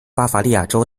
巴伐利亚州